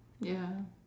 ya